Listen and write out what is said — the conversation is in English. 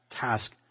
task